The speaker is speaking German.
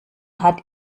hat